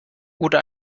oder